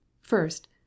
first